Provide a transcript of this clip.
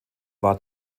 war